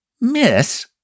miss